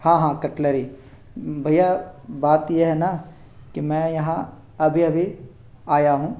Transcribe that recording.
हाँ हाँ कटलरी भैया बात ये है ना कि मैं यहाँ अभी अभी आया हूँ